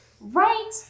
right